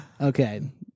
Okay